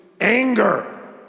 anger